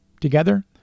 Together